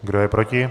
Kdo je proti?